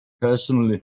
personally